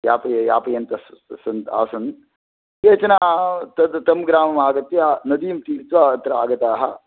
यापये यापयन्तस्सन्त् आसन् केचन तद् तं ग्रामम् आगत्य नदीं तीर्त्वा अत्र आगताः